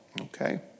okay